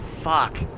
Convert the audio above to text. Fuck